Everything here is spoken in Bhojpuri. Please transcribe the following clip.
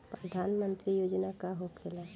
प्रधानमंत्री योजना का होखेला?